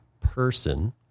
person